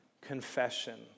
confession